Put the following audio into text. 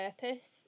purpose